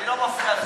אני לא מפריע לך,